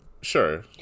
Sure